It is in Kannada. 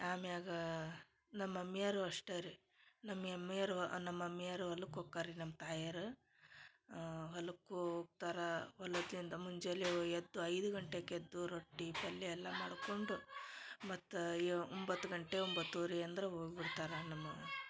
ಆಮ್ಯಾಗ ನಮ್ಮ ಮಮ್ಮಿಯರು ಅಷ್ಟೆ ರೀ ನಮ್ಮ ಎಮ್ಮಿಯರು ನಮ್ಮ ಮಮ್ಮಿಯರು ಹೊಲಕ್ ಹೋಕ್ಕಾರ್ ರೀ ನಮ್ಮ ತಾಯವರ್ ಹೊಲಕ್ಕೆ ಹೋಗ್ತರಾ ಒಲದ್ಲಿಂದ ಮುಂಜಾನೆ ಎದ್ದು ಐದು ಗಂಟೆಕ ಎದ್ದು ರೊಟ್ಟಿ ಪಲ್ಯೆಯಲ ಮಾಡ್ಕೊಂಡು ಮತ್ತು ಯೋ ಒಂಬತ್ತು ಗಂಟೆ ಒಂಬತ್ತುವರಿ ಅಂದ್ರ ಹೋಗ್ಬಿಡ್ತಾರೆ ನಮು